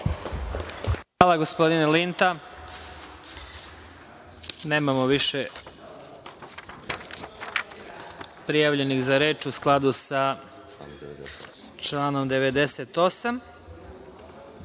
Hvala, gospodine Linta. Nemamo više prijavljenih za reč u skladu sa članom 98.Da